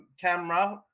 camera